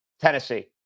Tennessee